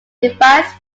defines